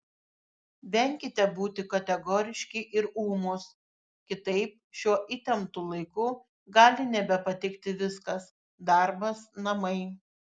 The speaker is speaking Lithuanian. venkite būti kategoriški ir ūmūs kitaip šiuo įtemptu laiku gali nebepatikti viskas darbas namai